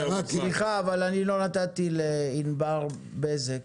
--- סליחה, אני מתנצל, אני לא נתתי לענבר בזק